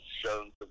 shown